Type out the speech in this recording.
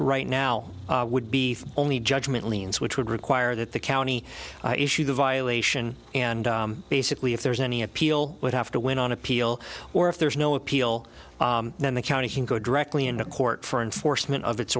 right now would be only judgement leans which would require that the county issue the violation and basically if there's any appeal would have to win on appeal or if there's no appeal then the county can go directly into court for enforcement of its